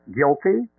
guilty